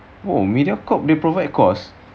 oh mediacorp they provide course